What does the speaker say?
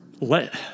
Let